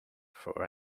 for